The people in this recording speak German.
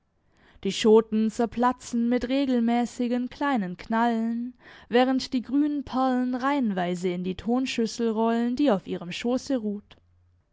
die schoten zerplatzen mit regelmäßigen kleinen knallen während die grünen perlen reihenweise in die tonschüssel rollen die auf ihrem schoße ruht